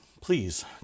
please